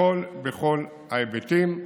בכל ההיבטים.